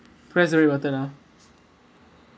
press the red button ah